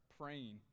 praying